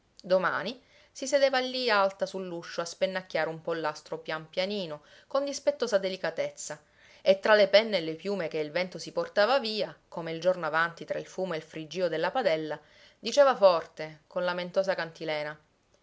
domani si sedeva lì alta su l'uscio a spennacchiare un pollastro pian pianino con dispettosa delicatezza e tra le penne e le piume che il vento si portava via come il giorno avanti tra il fumo e il friggio della padella diceva forte con lamentosa cantilena